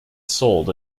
sold